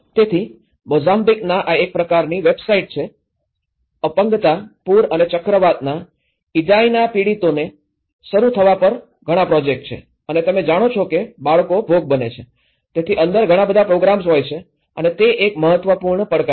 તેથી મોઝામ્બિકની આ એક પ્રકારની વેબસાઇટ છે અપંગતા પૂર અને ચક્રવાત ઇડાઇના પીડિતોથી શરૂ થવા પર ઘણા પ્રોજેક્ટ્સ છે અને તમે જાણો છો કે બાળકો ભોગ બને છે તેની અંદર ઘણા બધા પ્રોગ્રામ હોય છે અને તે એક મહત્વપૂર્ણ પડકાર છે